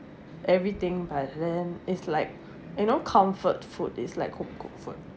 everything by then is like you know comfort food is like home-cooked food